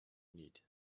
need